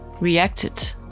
reacted